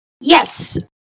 Yes